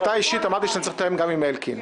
אתה אישית אמרת לי שאני צריך לתאם גם עם אלקין.